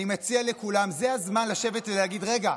אני מציע לכולם, זה הזמן לשבת ולהגיד: רגע,